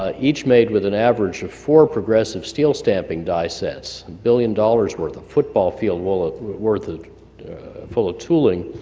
ah each made with an average of four progressive steel stamping die sets, a billion dollars worth, a football field worth worth ah full of tooling,